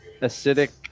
acidic